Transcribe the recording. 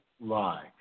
lie